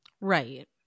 Right